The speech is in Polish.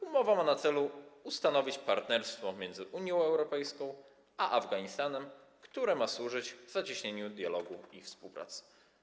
Umowa ma na celu ustanowić partnerstwo między Unią Europejską a Afganistanem, które ma służyć zacieśnieniu dialogu i współpracy.